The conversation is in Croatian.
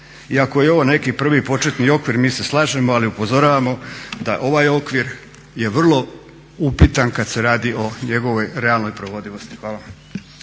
I ako je ovo neki prvi početni okvir mi se slažemo, ali upozoravamo da ovaj okvir je vrlo upitan kad se radi o njegovoj realnoj provodivosti. Hvala.